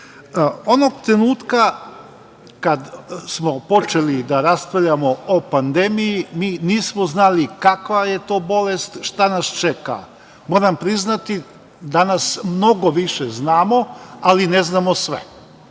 Onog trenutka kad smo počeli da raspravljamo o pandemiji, mi nismo znali kakva je to bolest, šta nas čeka. Moram priznati danas mnogo više znamo, ali ne znamo sve,